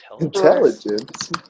Intelligence